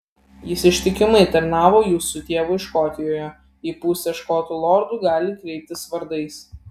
jis ištikimai tarnavo jūsų tėvui škotijoje į pusę škotų lordų gali kreiptis vardais